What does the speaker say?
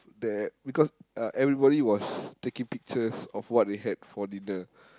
that because uh everybody was taking pictures of what they had for dinner